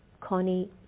Connie